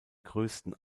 größten